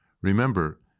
Remember